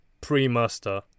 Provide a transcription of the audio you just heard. pre-master